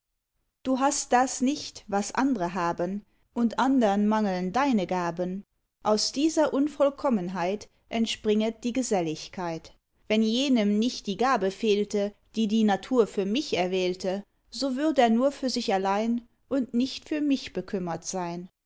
du hast das nicht was andre haben und andern mangeln deine gaben aus dieser unvollkommenheit entspringet die geselligkeit wenn jenem nicht die gabe fehlte die die natur für mich erwählte so würd er nur für sich allein und nicht für mich bekümmert sein